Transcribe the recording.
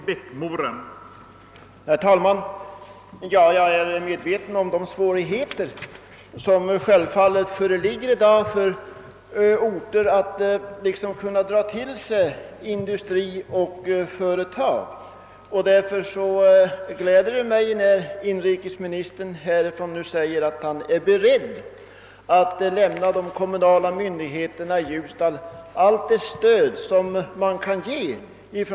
Herr talman! Jag är medveten om de svårigheter som i dag föreligger för vissa orter att dra till sig industri och företag. Därför gläder det mig när inrikesministern nu säger att regeringen och arbetsmarknadsstyrelsen är beredda att lämna de kommunala myndigheterna i Ljusdal allt det stöd som de kan ge.